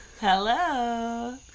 Hello